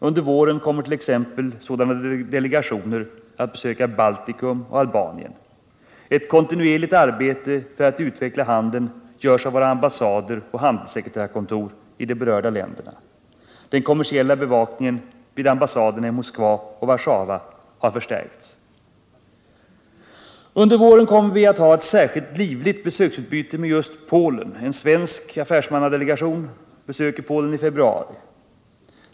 Under våren kommer t.ex. sådana delegationer att besöka Baltikum och Albanien. Eu kontinuerligt arbete för att utveckla handeln görs av våra ambassader och handelssekreterarkontor i de berörda länderna. Den kommersiella bevakningen vid ambassaderna i Moskva och Warszawa har förstärkts. Under våren kommer vi att ha eu särskilt livligt besöksutbyte med just Polen. En svensk affärsmannadelegation besökte Polen i februari.